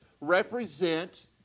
represent